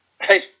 hey